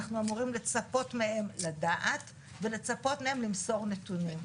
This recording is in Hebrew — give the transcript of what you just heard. אנחנו אמורים לצפות מהם לדעת ולצפות להם למסור נתונים.